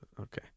okay